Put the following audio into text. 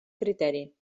criteri